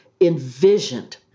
envisioned